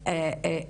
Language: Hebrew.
המתלוננת,